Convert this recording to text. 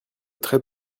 très